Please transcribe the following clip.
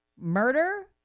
murder